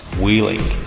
wheeling